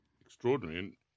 extraordinary